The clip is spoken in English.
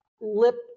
lip